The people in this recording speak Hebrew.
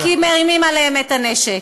כי מרימים עליהם את הנשק.